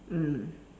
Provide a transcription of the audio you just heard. mm